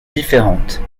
différentes